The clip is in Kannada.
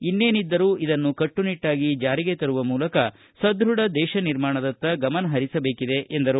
ಇನ್ನೇನಿದ್ದರೂ ಇದನ್ನು ಕಟ್ಟುನಿಟ್ಟಾಗಿ ಜಾರಿಗೆ ತರುವ ಮೂಲಕ ಸದೃಢ ದೇಶ ನಿರ್ಮಾಣದತ್ತ ಗಮನಹರಿಸಬೇಕಿದೆ ಎಂದರು